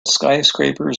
skyscrapers